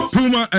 Puma